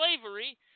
slavery